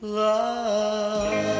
love